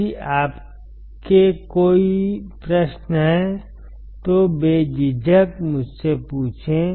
यदि आपके कोई प्रश्न हैं तो बेझिझक मुझसे पूछें